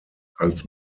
als